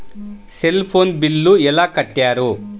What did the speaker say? Cell phone bill ఎలా కట్టారు?